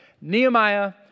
Nehemiah